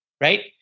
right